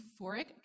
euphoric